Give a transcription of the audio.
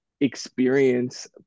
experience